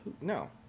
no